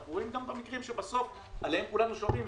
אנחנו רואים גם את המקרים שבסוף עליהם כולנו שומעים,